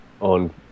on